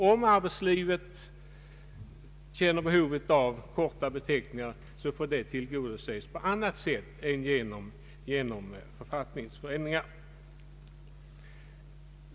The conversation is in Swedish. Om ar betslivet känner behov av korta beteckningar, får det tillgodoses på annat sätt än genom författningsändringar.